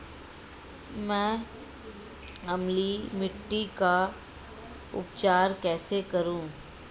मैं अम्लीय मिट्टी का उपचार कैसे करूं?